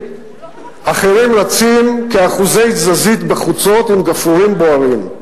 אחרים רצים כאחוזי תזזית בחוצות עם גפרורים בוערים.